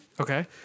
okay